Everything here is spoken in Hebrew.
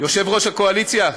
יושב-ראש הקואליציה?